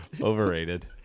Overrated